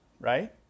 Right